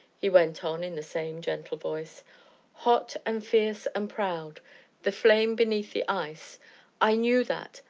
he went on in the same gentle voice hot, and fierce, and proud the flame beneath the ice i knew that,